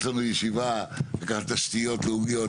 יש לנו ישיבה על תשתיות לאומיות,